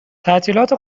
تعطیلات